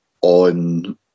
on